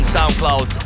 SoundCloud